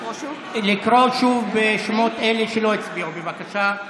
לקרוא שוב בשמות אלה שלא הצביעו, בבקשה.